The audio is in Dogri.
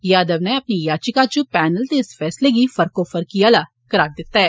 यादव नै अपनी याचिका इच पैनल दे इस फैसले गी फरकोफरकी आला करार दित्ता हा